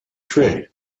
trade